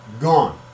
gone